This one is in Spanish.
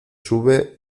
sube